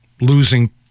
losing